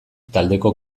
taldeko